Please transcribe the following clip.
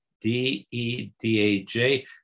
D-E-D-A-J